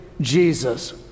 Jesus